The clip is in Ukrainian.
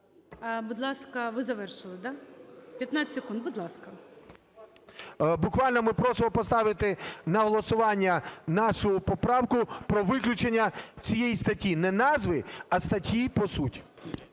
Будь ласка… Ви завершили, да? 15 секунд? Будь ласка. ШУФРИЧ Н.І. Буквально ми просимо поставити на голосування нашу поправку про виключення цієї статті, не назви, а статті по суті.